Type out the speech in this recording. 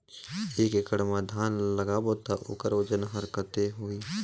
एक एकड़ मा धान ला लगाबो ता ओकर वजन हर कते होही?